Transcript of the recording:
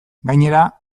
gainera